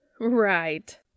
Right